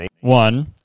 One